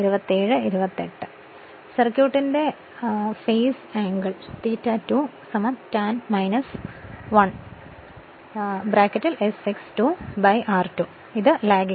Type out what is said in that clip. ഇപ്പോൾ സർക്യൂട്ടിന്റെ phase angle 2 tan 1s x 2 r2 ആണ് അതാണ് ലാഗിംഗ്